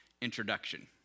introduction